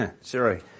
sorry